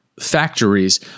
factories